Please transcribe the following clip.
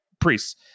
priests